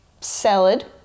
salad